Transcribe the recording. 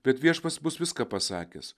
bet viešpats bus viską pasakęs